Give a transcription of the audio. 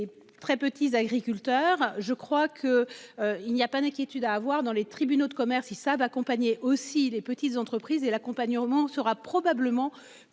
très petits agriculteurs. Je crois qu'. Il n'y a pas d'inquiétude à avoir dans les tribunaux de commerce, ils savent accompagner aussi les petites entreprises et l'accompagnement sera probablement